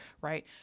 Right